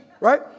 Right